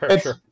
sure